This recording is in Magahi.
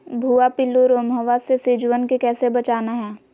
भुवा पिल्लु, रोमहवा से सिजुवन के कैसे बचाना है?